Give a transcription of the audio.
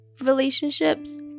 relationships